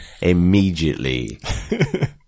immediately